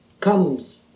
comes